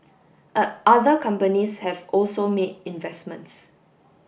other companies have also made investments